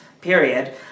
period